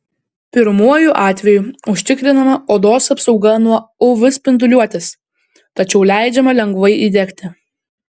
pirmuoju atveju užtikrinama odos apsauga nuo uv spinduliuotės tačiau leidžiama lengvai įdegti